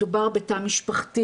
מדובר בתא משפחתי,